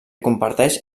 comparteix